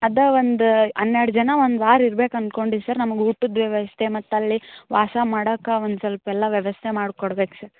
ಅದು ಒಂದು ಹನ್ನೆರಡು ಜನ ಒಂದು ವಾರ ಇರ್ಬೇಕು ಅಂದ್ಕೊಂಡೀವಿ ಸರ್ ನಮಗೆ ಊಟದ ವ್ಯವಸ್ಥೆ ಮತ್ತಲ್ಲಿ ವಾಸ ಮಾಡೋಕೆ ಒಂದು ಸ್ವಲ್ಪ ಎಲ್ಲ ವ್ಯವಸ್ಥೆ ಮಾಡ್ಕೊಡ್ಬೇಕು ಸರ್